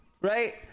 right